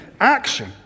Action